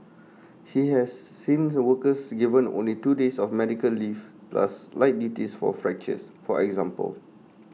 he has seen workers given only two days of medical leave plus light duties for fractures for example